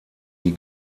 die